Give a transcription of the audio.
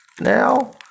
Now